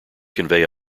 convey